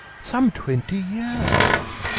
some twenty years.